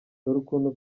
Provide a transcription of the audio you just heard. ukuntu